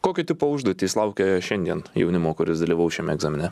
kokio tipo užduotys laukia šiandien jaunimo kuris dalyvaus šiam egzamine